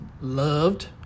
loved